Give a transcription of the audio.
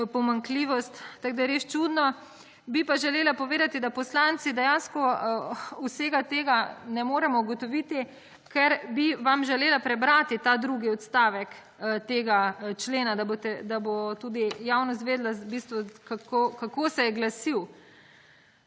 pomanjkljivost tako, da je res čudno. Bi pa želela povedati, da poslanci dejansko vsega tega ne moremo ugotoviti, ker bi vam želela prebrati ta drugi odstavek tega člena, da bo tudi javnost vedela kako se je glasil.